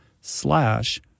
slash